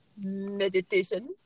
meditation